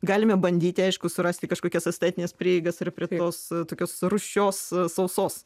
galime bandyti aišku surasti kažkokias estetines prieigas ir prie tos tokios rūsčios sausos